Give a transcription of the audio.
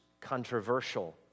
controversial